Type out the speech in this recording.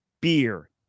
beer